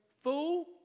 Fool